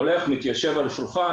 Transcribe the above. אלא אני יכול פשוט להתיישב בשולחן